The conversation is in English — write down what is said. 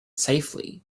safely